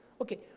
Okay